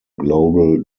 global